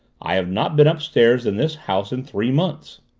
i have not been upstairs in this house in three months.